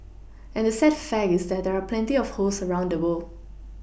and the sad fact is that there are plenty of hosts around the world